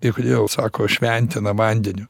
ir kodėl sako šventina vandeniu